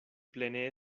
plene